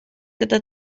gyda